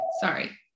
Sorry